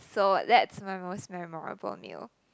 so that's my most memorable meal